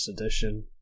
edition